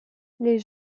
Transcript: les